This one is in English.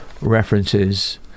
references